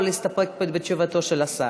או להסתפק בתשובתו של השר.